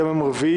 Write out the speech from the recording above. היום יום רביעי,